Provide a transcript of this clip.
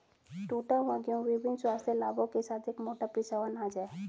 टूटा हुआ गेहूं विभिन्न स्वास्थ्य लाभों के साथ एक मोटा पिसा हुआ अनाज है